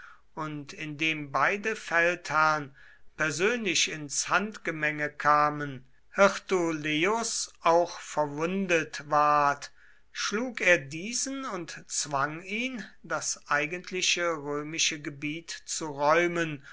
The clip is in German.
und in dem beide feldherrn persönlich ins handgemenge kamen hirtuleius auch verwundet ward schlug er diesen und zwang ihn das eigentliche römische gebiet zu räumen